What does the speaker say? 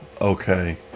Okay